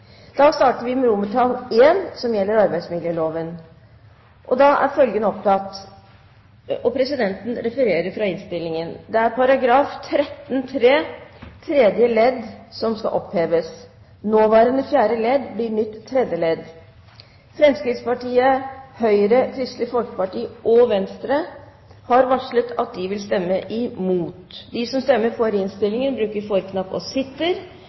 da med I, som gjelder arbeidsmiljøloven. Det voteres over § 13-3 tredje ledd, som oppheves. Nåværende fjerde ledd blir tredje ledd. Fremskrittspartiet, Høyre, Kristelig Folkeparti og Venstre har varslet at de vil stemme imot. Det voteres så over § 13-4 andre ledd andre punktum under I og § 2 første ledd under II, som gjelder likestillingsloven. Fremskrittspartiet har varslet at de